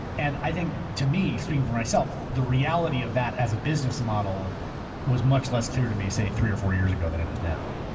and i think to me, speaking for myself, the reality of that as a business model was much less clear to me, say three or four years ago than it is now.